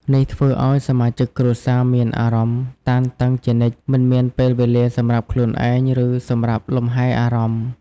នេះធ្វើឲ្យសមាជិកគ្រួសារមានអារម្មណ៍តានតឹងជានិច្ច មិនមានពេលវេលាសម្រាប់ខ្លួនឯង ឬសម្រាប់លំហែអារម្មណ៍។